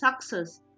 success